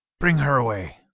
bring her away.